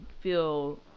feel